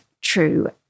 true